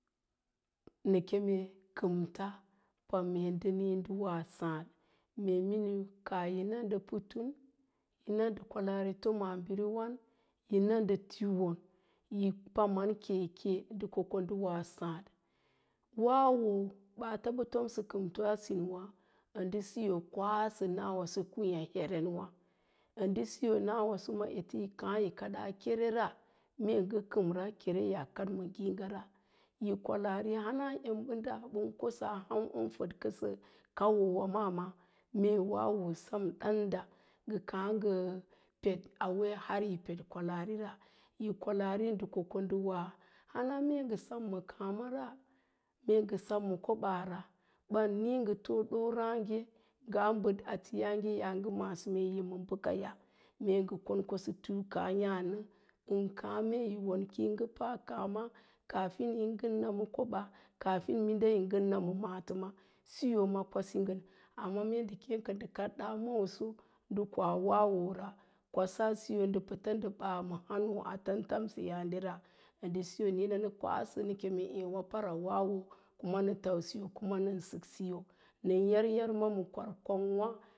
Nake me kəm ta panme ndə nii ndə wa saaɗ, mee miniu kaa yi na ndə putun, kwalaarita maabiriwan, yi na ndə tiwon yi oaman ke ke ndə ko ko ndə wa sáád. Wawo baata bə tomsə kəmto a sinwá, ndə siyo kwasə nawaso kwííyá herenwá, ə ndə siyo nawaso ete yi káá yi kaɗaa kerera mee ngə kəmra kere yi kəd ma ngii ne gara, yi kwalaari hana emɓəda ɓən koɗaa ham fəɗ kəɓa maawá mee wawo sem ɗáánda ngə káá ngə pəd auwe har yi pəɗ kwalarira, yi kwalari ndə ko, ko ndə wa, hana ngə semma káámara, mee ngə sem ma koɓaa ra ɓan níí ngə too ɗoorage ngaa bəɗ ateyááge ya ngə ma'àsə mee yi ma bəkaya, mee sə kon kosə tuuka nə, meesə wo nə yin káá yi ngə pa káa ma, kaafin yi ngə na ma koɓaa, kaafin mudə yi ngə na ma maatəma, siyo. ma kwasi ngən, amma mee ndə kem kə ndə kaɗ ɗa mawaso ndə koa wawo ra kwasaasiyo ndə pəta baawo mə hánóóna ə tarudamsaya dundə siyə nə kwasə nə keme eewa para wawo kuma nə tausiyə nən səksiyə, nən yar yarma